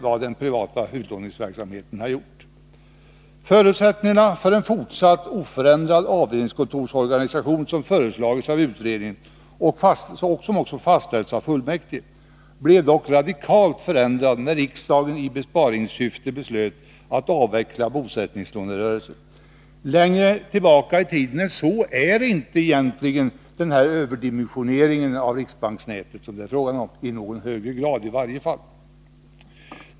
Förutsättningarna för en fortsatt oförändrad avdelningskontorsorganisation som föreslagits av utredningen och fastställts av fullmäktige blev dock radikalt förändrade när riksdagen i besparingssyfte beslöt att avveckla bosättningslånen. Längre tillbaka i tiden än så har vi egentligen inte haft den överdimensionering av riksbanksnätet som det är fråga om, inte i någon högre grad i varje fall.